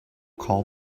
call